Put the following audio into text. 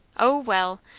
o well!